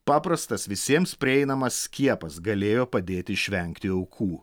paprastas visiems prieinamas skiepas galėjo padėti išvengti aukų